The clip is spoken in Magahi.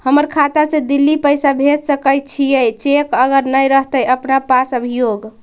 हमर खाता से दिल्ली पैसा भेज सकै छियै चेक अगर नय रहतै अपना पास अभियोग?